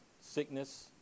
sickness